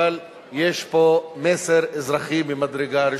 אבל יש פה מסר אזרחי ממדרגה ראשונה.